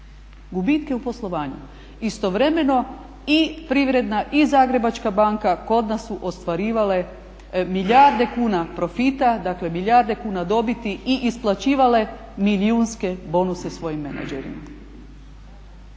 gubitke u poslovanju. Istovremeno i Privredna i Zagrebačka banka kod nas su ostvarivale milijarde kuna profita, dakle milijarde kuna dobiti i isplaćivale milijunske bonuse svojim menađerima.